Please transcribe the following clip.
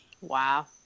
Wow